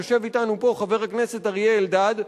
יושב אתנו פה חבר הכנסת אריה אלדד,